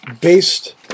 based